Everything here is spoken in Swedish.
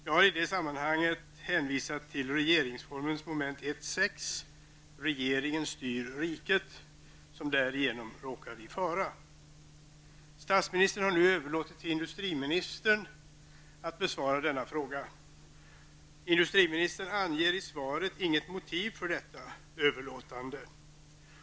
Jag har i det sammanhanget hänvisat till regeringsformen 1:6. ''Regeringen styr riket'', som därigenom råkar i fara. Statsministern har nu överlåtit till industriministern att besvara frågan. Industriministern anger i svaret inget motiv för detta överlåtande.